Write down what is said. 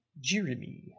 Jeremy